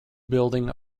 building